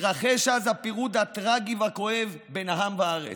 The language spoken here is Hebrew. התרחש אז הפירוד הטרגי והכואב בין העם לארץ.